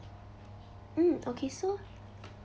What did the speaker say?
mm okay so